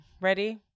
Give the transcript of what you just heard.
Ready